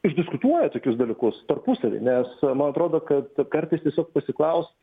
išdiskutuoja tokius dalykus tarpusavy nes man atrodo kad kartais tiesiog pasiklaust